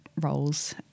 roles